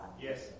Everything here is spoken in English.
Yes